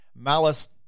Malice